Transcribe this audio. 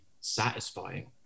satisfying